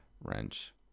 wrench